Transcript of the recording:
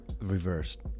Reversed